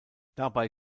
dabei